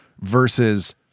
versus